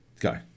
Go